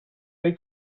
wir